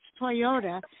Toyota